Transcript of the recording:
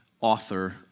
author